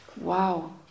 Wow